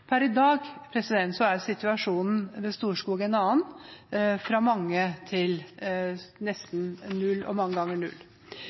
Per i dag er situasjonen ved Storskog en annen. Det har gått fra å komme mange til å komme nesten null – og mange ganger null.